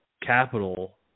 capital